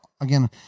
again